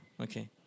Okay